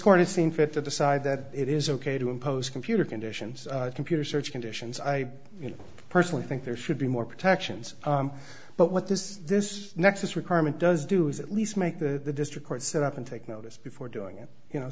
has seen fit to decide that it is ok to impose computer conditions computer search conditions i personally think there should be more protections but what this this nexus requirement does do is at least make the district court sit up and take notice before doing it you know